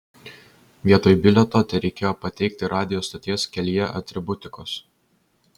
vietoj bilieto tereikėjo pateikti radijo stoties kelyje atributikos